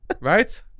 right